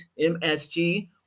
MSG